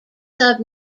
sub